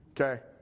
okay